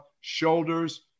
shoulders